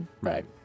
Right